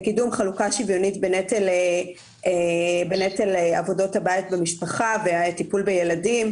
לקידום חלוקה שוויונית בנטל עבודות הבית במשפחה והטיפול בילדים,